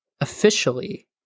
officially